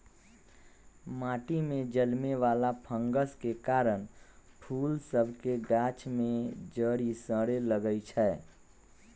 माटि में जलमे वला फंगस के कारन फूल सभ के गाछ सभ में जरी सरे लगइ छै